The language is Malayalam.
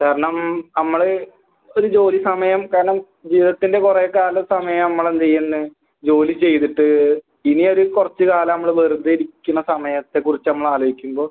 കാരണം നമ്മൾ ഒരു ജോലി സമയം കാരണം ജീവിതത്തിൻ്റെ കുറെ കാലം സമയം നമ്മളെന്ത് ചെയ്യും ജോലി ചെയ്തിട്ട് ഇനിയൊരു കുറച്ച് കാലം നമ്മൾ വെറുതെയിരിക്കണ സമയത്തെക്കുറിച്ച് നമ്മളാലോചിക്കുമ്പോൾ